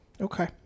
Okay